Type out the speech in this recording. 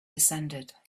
descended